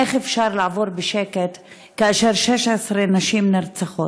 איך אפשר לעבור בשקט כאשר 16 נשים נרצחות?